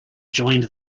joined